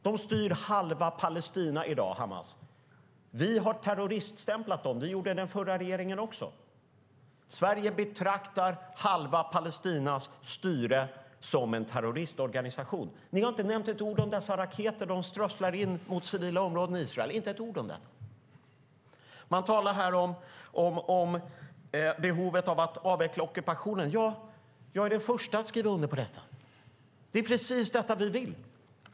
Hamas styr halva Palestina i dag. Vi har terroriststämplat dem, och det gjorde den förra regeringen också. Sverige betraktar halva Palestinas styre som en terroristorganisation. Ni har inte nämnt ett ord om de raketer som de strösslar över civila områden i Israel. Man talar här om behovet av att avveckla ockupationen. Jag är den förste att skriva under på detta. Det är precis detta vi vill.